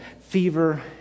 fever